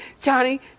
Johnny